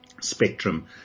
spectrum